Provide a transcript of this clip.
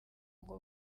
ngo